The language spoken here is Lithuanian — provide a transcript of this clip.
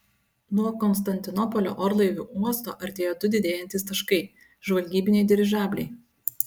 nuo konstantinopolio orlaivių uosto artėjo du didėjantys taškai žvalgybiniai dirižabliai